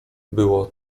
było